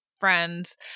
friends